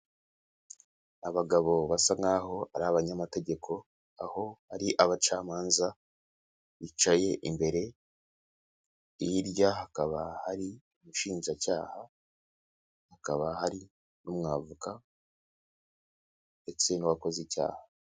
Abagabo basa nkaho ari abanyamategeko, aho ari abacamanza bicaye imbere, hirya hakaba hari umushinjacyaha, hakaba hari n'umwavoka ndetse n'uwakoze icyaha.